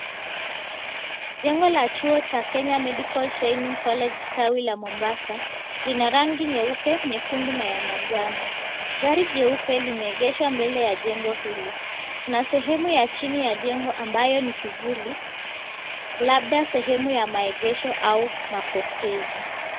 Jengo la chuo cha "KENYA MEDICAL TRAINING COLLEGE" tawi la Mombasa, lina rangi nyeupe nyekundu na ya manjano, gari jeupe limeegeshwa mbele ya jengo hili. Kuna sehemu ya chini ya jengo ambayo ni kivuli, labda sehemu ya maegesho au mapokezi.